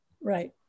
Right